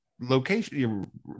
location